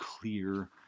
clear